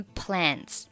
plants